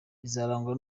izarangwa